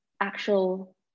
actual